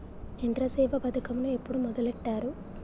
యంత్రసేవ పథకమును ఎప్పుడు మొదలెట్టారు?